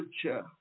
future